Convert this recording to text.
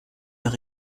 leur